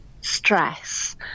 stress